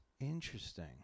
Interesting